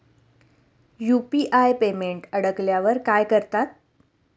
UPI payment अडकल्यावर काय करतात?